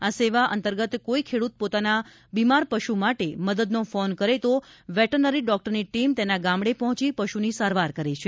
આ સેવા અંતર્ગત કોઇ ખેડૂત પોતાના બિમાર પશુ માટે મદદનો ફોન કરે તો વેટરનરી ડોક્ટરની ટીમ તેના ગામડે પહોંચી પશુની સારવાર કરે છે